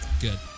Good